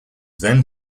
then